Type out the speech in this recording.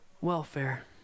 welfare